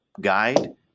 guide